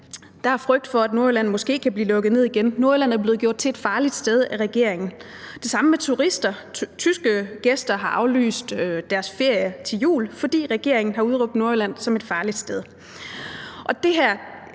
Der er frygt for, at Nordjylland måske kan blive lukket ned igen. Nordjylland er blevet gjort til et farligt sted af regeringen. Og det samme med turister. Tyske gæster har aflyst deres ferie til jul, fordi regeringen har udråbt Nordjylland som et farligt sted.